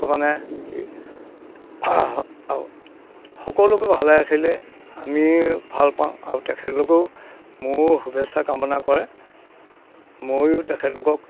ভগৱানে সকলোকে ভালে ৰাখিলে আমি ভাল পাওঁ আৰু তেখেতলোকেও মোৰ শুভেচ্ছা কামনা কৰে মইও তেখেতলোকক